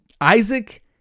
Isaac